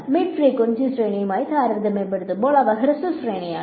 mid frequency ശ്രേണിയുമായി താരതമ്യപ്പെടുത്തുമ്പോൾ അവ ഹ്രസ്വ ശ്രേണിയാണ്